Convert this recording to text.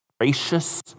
gracious